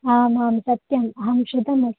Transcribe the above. आम् आम् सत्यं अहं श्रुतं अस्मि